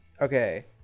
okay